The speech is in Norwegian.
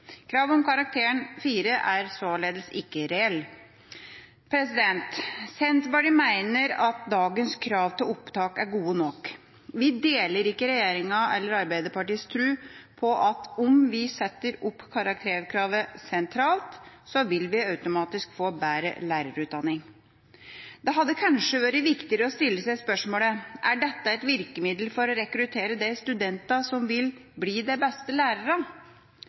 Kravet om karakteren 4 er således ikke reelt. Senterpartiet mener at dagens krav til opptak er gode nok. Vi deler ikke regjeringas eller Arbeiderpartiets tro på at om vi setter opp karakterkravet sentralt, vil vi automatisk få bedre lærerutdanning. Det hadde kanskje vært viktigere å stille seg spørsmålet: Er dette et virkemiddel for å rekruttere de studentene som vil bli de beste lærerne? I rekrutteringskampanjen for lærerutdanninga stilles spørsmålet: «Har du det